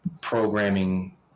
programming